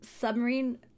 Submarine